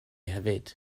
hefyd